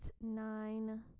nine